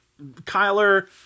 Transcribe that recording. Kyler